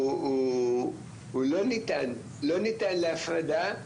הוא לא ניתן, לא ניתן להפרדה,